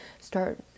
start